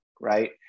right